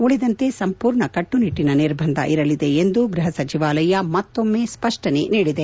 ಉಳಿದಂತೆ ಸಂಪೂರ್ಣ ಕಟ್ಟುನಿಟ್ಟನ ನಿರ್ಬಂಧ ಇರಲಿದೆ ಎಂದು ಗೃಹ ಸಚಿವಾಲಯ ಮತ್ತೊಮ್ಮೆ ಸ್ಪಷ್ಟನೆ ನೀಡಿದೆ